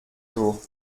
jour